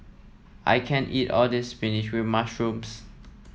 I can't eat all of this spinach with mushroom